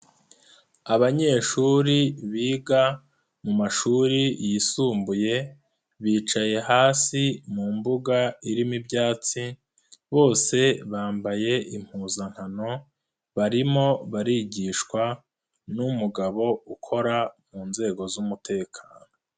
Abanyeshuri biga mu mashuri yisumbuye bicaye hasi mu mbuga irimo ibyatsi bose bambaye impuzankano barimo barigishwa n'umugabo ukora mu nzego z'umutekano.